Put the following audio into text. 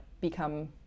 become